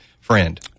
friend